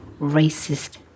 racist